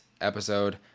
episode